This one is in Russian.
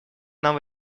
нам